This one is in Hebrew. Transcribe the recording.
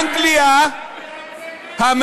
באנגליה לא מסיתים, באנגליה לא מפחידים את הציבור.